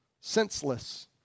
senseless